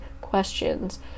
questions